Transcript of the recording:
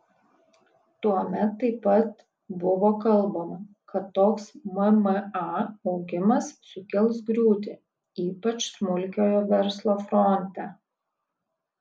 tuomet taip pat buvo kalbama kad toks mma augimas sukels griūtį ypač smulkiojo verslo fronte